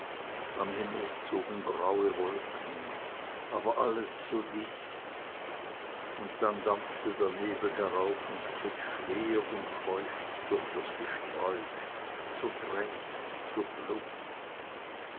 am himmel zogen graue wolken aber alles so dicht und dann dampfte der nebel herauf und strich schwer und feucht durch das gesträuch so träg so plump